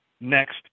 next